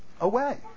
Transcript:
Away